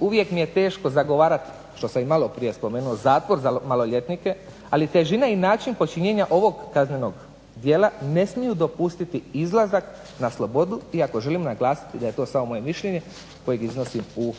Uvijek mi je teško zagovarati što sam i malo prije spomenuo zatvor za maloljetnike ali težina i način počinjenja ovog kaznenog djela ne smiju dopustiti izlazak na slobodu iako želim naglasiti da je to samo moje mišljenje kojeg iznosim u